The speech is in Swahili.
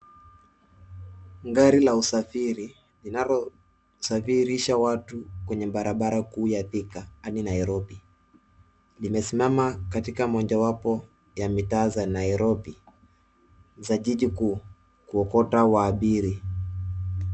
Gari la usafiri linalo safirisha watu kwenye barabara kuu ya Thika hadi Nairobi limesimama katika mojawapo ya mitaa za Nairobi za jiji kuu kuokota waabiri.